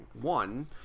one